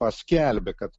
paskelbė kad